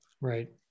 Right